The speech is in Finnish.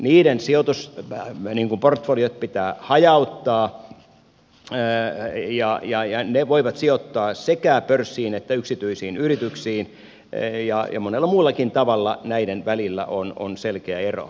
niiden sijoitusportfoliot pitää hajauttaa ja ne voivat sijoittaa sekä pörssiin että yksityisiin yrityksiin ja monella muullakin tavalla näiden välillä on selkeä ero